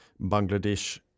Bangladesh